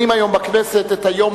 מאשרים את הודעתכם לפי סעיף 121 בנוגע